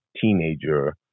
teenager